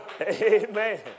Amen